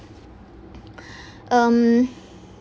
um